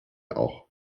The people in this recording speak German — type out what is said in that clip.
auch